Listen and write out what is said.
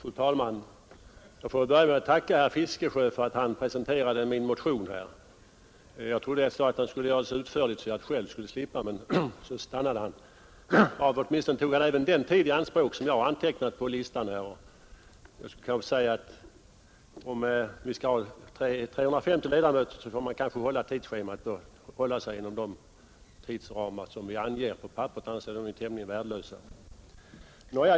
Fru talman! Jag får börja med att tacka herr Fiskesjö för att han presenterade min motion. Ett slag trodde jag att han skulle göra det så utförligt att jag själv skulle slippa, men så stannade han av. Han tog åtminstone också den tid i anspråk som jag antecknat på talarlistan. Om vi skall ha 350 ledamöter, får man kanske hålla sig inom de tidsramar som vi anger på papperet; annars är de tämligen värdelösa.